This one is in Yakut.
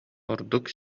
ордук